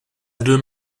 deux